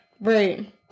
right